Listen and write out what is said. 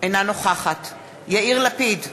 אינה נוכחת יאיר לפיד,